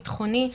ביטחוני,